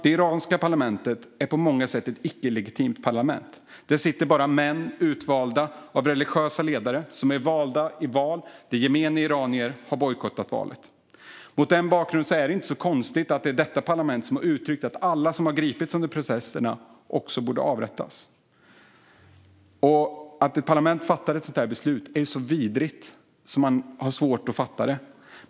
Det iranska parlamentet är på många sätt ett icke-legitimt parlament. Där sitter bara män utvalda av religiösa ledare som är valda i val som gemene iranier har bojkottat. Mot den bakgrunden är det inte så konstigt att det är detta parlament som har uttryckt att alla som har gripits under processerna också borde avrättas. Att ett parlament fattar ett sådant beslut är så vidrigt att man har svårt att fatta det.